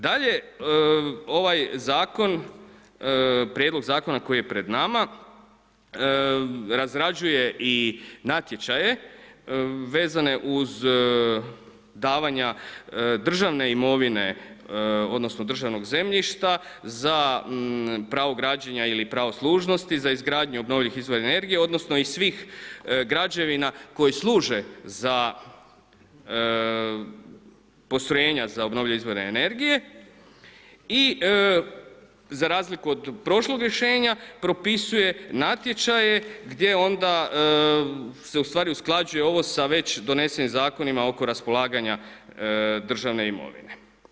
Dalje ovaj zakon, Prijedlog zakona koji je pred nama razrađuje i natječaje vezane uz davanja državne imovine odnosno državnog zemljišta za pravo građenja ili pravo služnosti za izgradnju obnovljivih izvora energije odnosno i svih građevina koje služe za postrojenja za obnovljive izvore energije i za razliku od prošlog rješenja propisuje natječaje gdje onda se ustvari usklađuje ovo sa već donesenim zakonima oko raspolaganja državne imovine.